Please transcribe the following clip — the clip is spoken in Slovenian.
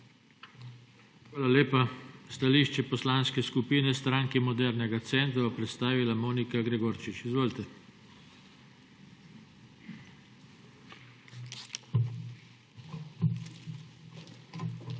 Hvala lepa. Stališče Poslanske skupine Stranke modernega centra bo predstavila Monika Gregorčič. Izvolite. **MONIKA